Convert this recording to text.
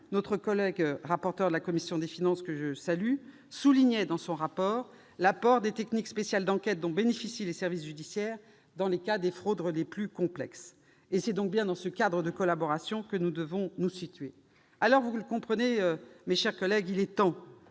notre collègue de la commission des finances, que je salue, soulignait l'apport des techniques spéciales d'enquête dont bénéficient les services judiciaires dans les cas des fraudes les plus complexes. C'est bien dans ce cadre de collaborations que nous devons nous situer. Mes chers collègues, il est temps